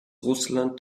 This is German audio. russland